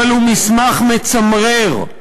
אבל הוא מסמך מצמרר.